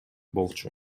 болчу